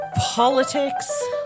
politics